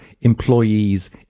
employees